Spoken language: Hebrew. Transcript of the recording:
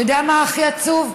אתה יודע מה הכי עצוב?